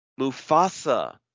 Mufasa